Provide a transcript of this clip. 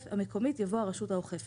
המקומית" יבוא "הרשות האוכפת".